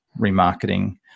remarketing